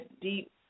deep